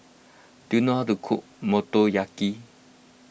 do you know the cook Motoyaki